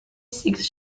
seeks